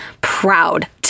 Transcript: proud